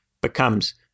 becomes